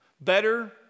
Better